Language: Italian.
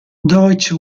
deutsche